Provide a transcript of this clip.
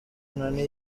nani